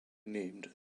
named